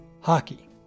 hockey